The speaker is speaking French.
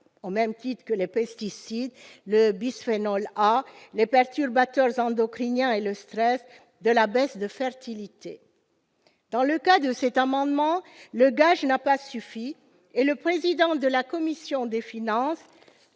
au même titre que les pesticides, le bisphénol A, les perturbateurs endocriniens et le stress, de la baisse de la fertilité. Pour cet amendement, le gage n'a pas suffi, et le président de la commission des finances,